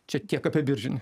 čia tiek apie biržinį